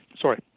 Sorry